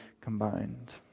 combined